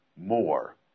more